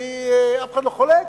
אף אחד לא חולק.